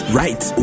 right